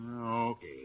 Okay